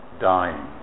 dying